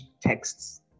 texts